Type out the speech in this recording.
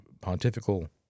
Pontifical